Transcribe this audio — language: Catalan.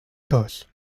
tos